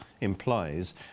implies